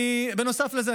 בנוסף לזה,